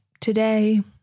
today